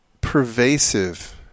pervasive